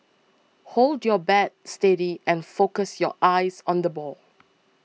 hold your bat steady and focus your eyes on the ball